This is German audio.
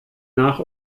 nach